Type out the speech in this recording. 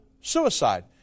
suicide